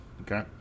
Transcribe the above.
Okay